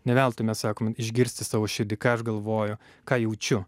ne veltui mes sakom išgirsti savo širdį ką aš galvoju ką jaučiu